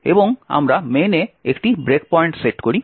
এবং আমরা main এ একটি ব্রেক পয়েন্ট সেট করি